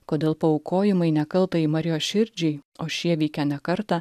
kodėl paaukojimai nekaltajai marijos širdžiai o šie vykę ne kartą